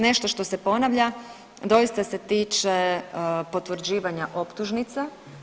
Nešto što se ponavlja doista se tiče potvrđivanja optužnice.